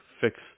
fix